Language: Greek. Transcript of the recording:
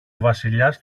βασιλιάς